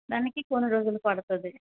దానికి కొన్ని రోజులు పడుతుంది